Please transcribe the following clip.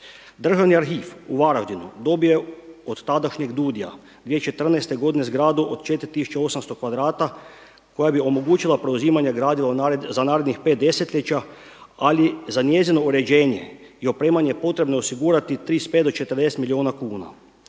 Državni arhiv u Varaždinu dobio je od tadašnjeg DUUDI-a 2014. godine zgradu od 4.800 kvadrata koja bi omogućila preuzimanje gradiva za narednih pet desetljeća, ali za njezino uređenje i opremanje potrebno je osigurati 35 do 40 milijuna kuna.